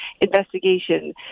investigation